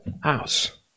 house